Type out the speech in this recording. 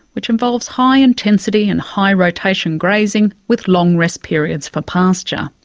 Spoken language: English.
which involves high intensity and high rotation grazing, with long rest periods for pasture.